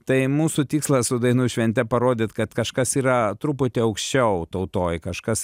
tai mūsų tikslas su dainų švente parodyt kad kažkas yra truputį aukščiau tautoj kažkas